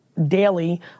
daily